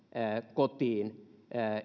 kotiin